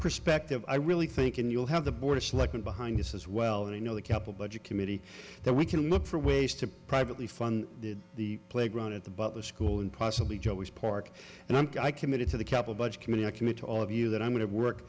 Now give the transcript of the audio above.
perspective i really think and you'll have the board of selectmen behind this as well and you know the capital budget committee that we can look for ways to privately fun the playground at the butler school and possibly joe which park and i committed to the capital budget committee i commit to all of you that i'm going to work